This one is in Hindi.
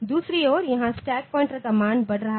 दूसरी ओर यहाँ स्टैक पॉइंटरका मान बढ़ रहे हैं